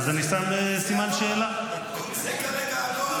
זה כרגע הנוהל.